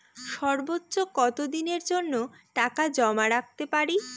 সর্বোচ্চ কত দিনের জন্য টাকা জমা রাখতে পারি?